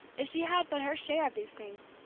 if she had but her share of these things,